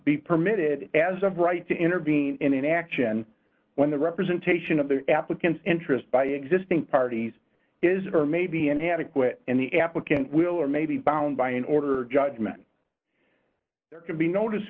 be permitted as of right to intervene in an action when the representation of the applicant's interests by existing parties is or may be inadequate and the applicant will or may be bound by an order judgment there can be no